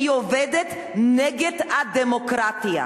היא עובדת נגד הדמוקרטיה.